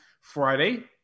Friday